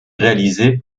réalisé